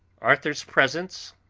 arthur's presence,